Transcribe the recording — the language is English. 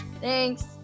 Thanks